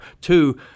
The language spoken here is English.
Two